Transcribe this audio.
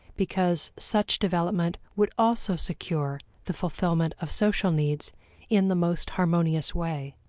because such development would also secure the fulfillment of social needs in the most harmonious way.